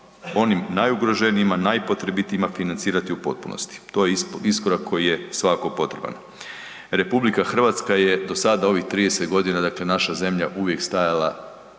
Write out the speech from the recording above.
onim najugroženijim, najpotrebitijima, financirati u potpunosti. To je iskorak koji je svakako potreban. RH je do sada, ovih 30 godina, dakle, naša zemlja, uvijek stajala